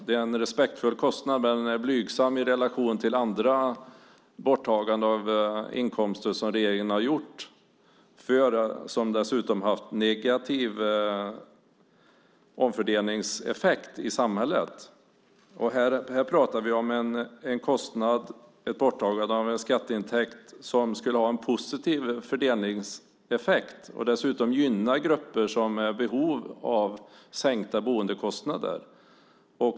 Man ska ha respekt för den, men den är blygsam i relation till andra borttaganden av inkomster som regeringen har gjort och som dessutom har haft en negativ omfördelningseffekt i samhället. Här pratar vi om en kostnad och ett borttagande av en skatteintäkt som skulle ha en positiv fördelningseffekt och dessutom skulle gynna grupper som är i behov av sänkta boendekostnader.